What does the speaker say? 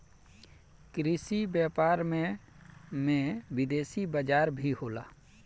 कृषि व्यापार में में विदेशी बाजार भी होला